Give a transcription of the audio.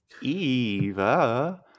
Eva